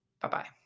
Bye-bye